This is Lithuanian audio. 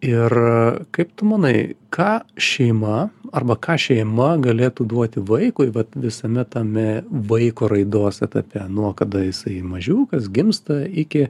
ir kaip tu manai ką šeima arba ką šeima galėtų duoti vaikui vat visame tame vaiko raidos etape nuo kada jisai mažiukas gimsta iki